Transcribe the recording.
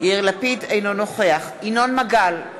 אינו נוכח ינון מגל,